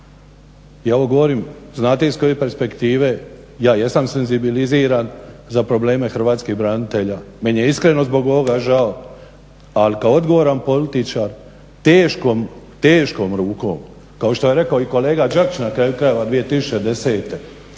Ja ovo govorim znate iz koje perspektive ja jesam senzibiliziran za probleme Hrvatskih branitelja. Meni je iskreno zbog ovoga žao ali kao odgovoran političar teškom rukom kao što je rekao i kolega Đakić na kraju krajeva 2010.